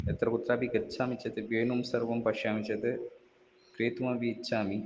यत्र कुत्रापि गच्छामि चेत् वेणुं सर्वं पश्यामि चेत् क्रेतुमपि इच्छामि